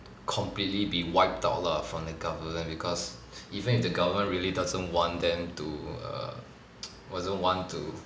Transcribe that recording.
completely be wiped out lah from the government because even if the government really doesn't want them to err doesn't want to